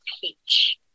Peach